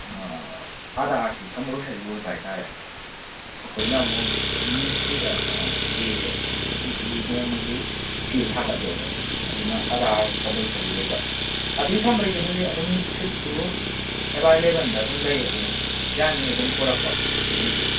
ꯑꯥꯗꯥꯔꯁꯤ compulsory ꯑꯣꯏꯕ ꯍꯥꯏꯇꯔꯦ ꯑꯩꯈꯣꯏꯅ ꯑꯃꯨꯛ ꯃꯤꯅꯤꯁꯇ꯭ꯔꯤꯗ ꯆꯦ ꯋꯤꯛꯂꯤ ꯅꯣꯡꯃꯒꯤ ꯆꯦ ꯊꯥꯒꯠꯂꯦꯕ ꯑꯗꯨꯅ ꯑꯥꯗꯥꯔ ꯀꯝꯄꯜꯁꯔꯤ ꯑꯣꯏꯕ ꯑꯗꯨꯏ ꯊꯝꯕꯩꯗꯤ ꯍꯧꯖꯤꯛ ꯑꯗꯨꯝ ꯁꯤꯠꯇꯨ ꯑꯦꯕꯥꯏꯂꯦꯕꯟꯗ ꯑꯗꯨꯝ ꯂꯩ ꯑꯗꯨ ꯌꯥꯅꯤ ꯑꯗꯨꯝ ꯄꯨꯔꯛꯄ ꯑꯗꯨꯒꯤꯗꯤ